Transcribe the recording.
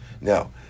Now